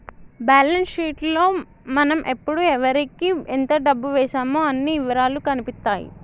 balance sheet లో మనం ఎప్పుడు ఎవరికీ ఎంత డబ్బు వేశామో అన్ని ఇవరాలూ కనిపిత్తాయి